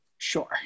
Sure